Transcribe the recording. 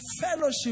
Fellowship